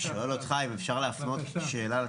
אני שואל אותך אם אפשרות להפנות שאלה לצבא.